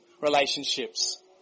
relationships